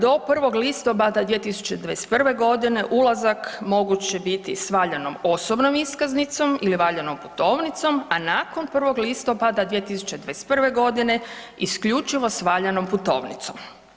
Do 1. listopada 2021. g. ulazak moguć će biti s valjanom osobnom iskaznicom ili valjanom putovnicom, a nakon 1. listopada 2021. g. isključivo s valjanom putovnicom.